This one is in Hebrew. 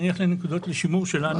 אני אלך לנקודות לשימור שלנו,